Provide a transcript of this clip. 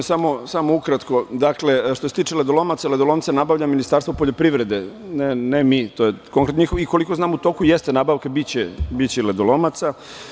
Samo ukratko, što se tiče ledolomaca, ledolomce nabavlja Ministarstvo poljoprivrede, ne mi, i koliko znam u toku jeste nabavka, biće i ledolomaca.